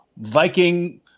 Viking